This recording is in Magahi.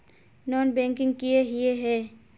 नॉन बैंकिंग किए हिये है?